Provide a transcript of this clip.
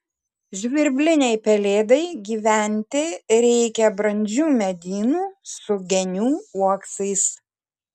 žvirblinei pelėdai gyventi reikia brandžių medynų su genių uoksais